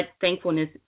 thankfulness